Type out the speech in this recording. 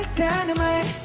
dynamite